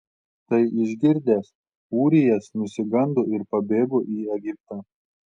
tai išgirdęs ūrijas nusigando ir pabėgo į egiptą